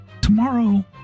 tomorrow